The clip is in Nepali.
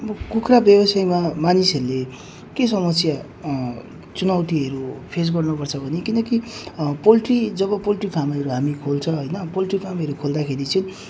म कुखुरा व्यवसायमा मानिसहरूले के समस्या चुनौतीहरू फेस गर्नु पर्छ भने किनकि पोल्ट्री जब पोल्ट्री फार्महरू हामी खोल्छ होइन पोल्ट्री फार्महरू खोल्दाखेरि चाहिँ